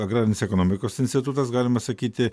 agrarinės ekonomikos institutas galima sakyti